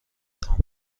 خوام